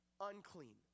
unclean